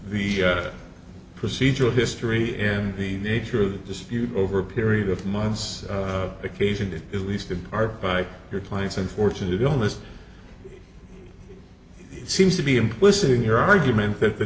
the procedural history and the nature of the dispute over a period of months occasioned it at least in part by your client's unfortunate illness seems to be implicit in your argument that the